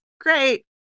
great